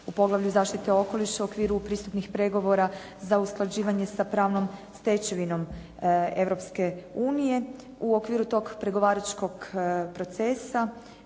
u poglavlju – Zaštita okoliša u okviru pristupnih pregovora za usklađivanje sa pravnom stečevinom Europske unije. U okviru tog pregovaračkog procesa